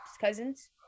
cousins